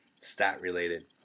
stat-related